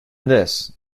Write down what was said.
this